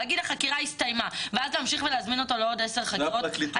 להגיד שהחקירה הסתיימה ואז להמשיך ולהזמין אותו לעוד 10 חקירות?